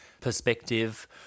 perspective